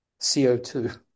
CO2